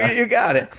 you got it.